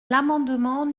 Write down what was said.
l’amendement